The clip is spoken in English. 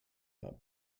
not